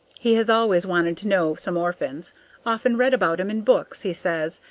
he has always wanted to know some orphans often read about em in books, he says,